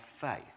faith